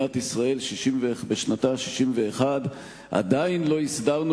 שבמדינת ישראל בשנתה ה-61 עדיין לא הסדרנו